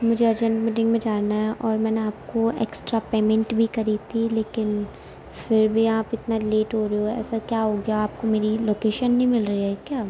مجھے urgent meeting میں جانا ہے اور میں نے آپ کو ایکسٹرا پیمینٹ بھی کری تھی لیکن پھر بھی آپ اتنا لیٹ ہو رہے ہو ایسا کیا ہو گیا آپ کو میری لوکیشن نہیں مل رہی ہے کیا